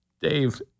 Dave